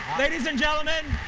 ladies and gentlemen,